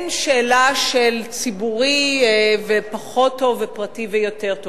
שאלה של ציבורי פחות טוב ופרטי יותר טוב.